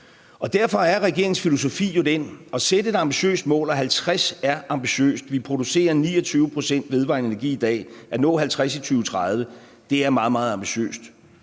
Derfor er regeringens filosofi jo at sætte et ambitiøst mål, og 50 pct. er ambitiøst. Vi producerer 29 pct. vedvarende energi i dag, og at nå 50 pct. i 2030 er meget, meget ambitiøst.